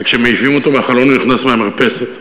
וכשמעיפים אותו מהחלון הוא נכנס מהמרפסת,